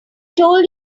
told